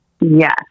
Yes